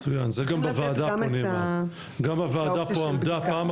צריך לתת את האופציה של בדיקה,